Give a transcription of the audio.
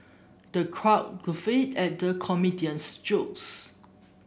the crowd guffawed at the comedian's jokes